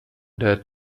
der